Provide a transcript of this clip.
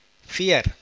fear